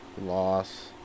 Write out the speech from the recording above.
loss